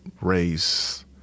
race